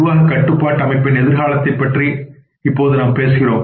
நிர்வாக கட்டுப்பாட்டு அமைப்பின் எதிர்காலங்களைப் பற்றி இப்போது நாம் பேசுகிறோம்